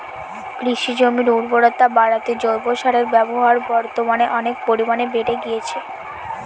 কৃষিজমির উর্বরতা বাড়াতে জৈব সারের ব্যবহার বর্তমানে অনেক পরিমানে বেড়ে গিয়েছে